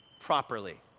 properly